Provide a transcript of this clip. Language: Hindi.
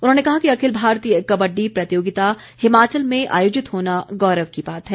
उन्होंने कहा कि अखिल भारतीय कबड्डी प्रतियोगिता हिमाचल में आयोजित होना गौरव की बात है